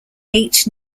eight